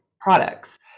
products